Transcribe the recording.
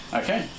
okay